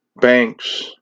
banks